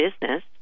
business